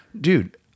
Dude